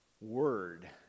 word